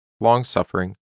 long-suffering